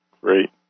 Great